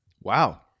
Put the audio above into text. wow